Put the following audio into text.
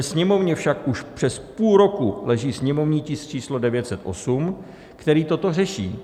Sněmovně však už přes půl roku leží sněmovní tisk číslo 908, který toto řeší.